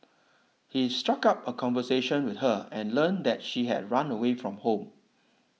he struck up a conversation with her and learned that she had run away from home